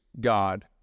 God